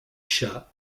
chat